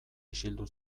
isildu